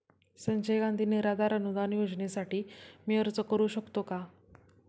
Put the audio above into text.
संजय गांधी निराधार अनुदान योजनेसाठी मी अर्ज करू शकतो का?